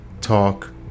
talk